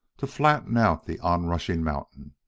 to flatten out the onrushing mountain!